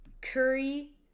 Curry